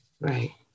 Right